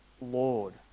Lord